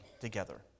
together